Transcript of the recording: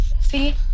See